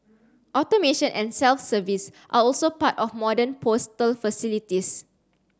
automation and self service are also part of modern postal facilities